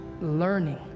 learning